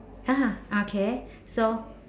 ah okay so